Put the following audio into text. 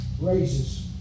Raises